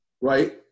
Right